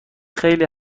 خیلی